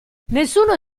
nessuno